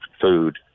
food